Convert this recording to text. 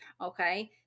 Okay